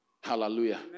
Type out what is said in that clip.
Hallelujah